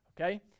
Okay